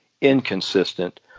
inconsistent